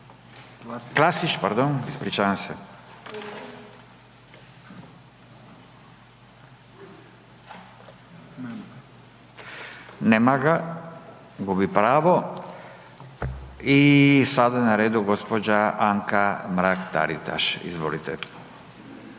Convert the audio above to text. Klasić, pardon, ispričavam se. Nema ga, gubi pravo i sada je na redu Anka Mrak Taritaš, izvolite.